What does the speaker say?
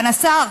סגן השר,